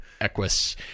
Equus